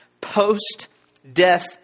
post-death